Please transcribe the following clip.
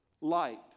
light